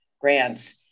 grants